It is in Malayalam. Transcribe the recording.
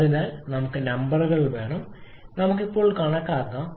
അതിനാൽ നമ്പറുകൾ വേണം നമുക്ക് ഇപ്പോൾ കണക്കാക്കാം